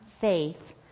faith